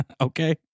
Okay